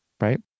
right